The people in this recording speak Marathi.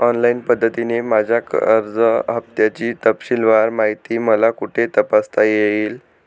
ऑनलाईन पद्धतीने माझ्या कर्ज हफ्त्याची तपशीलवार माहिती मला कुठे तपासता येईल?